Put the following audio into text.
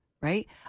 right